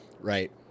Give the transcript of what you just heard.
Right